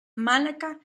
malaca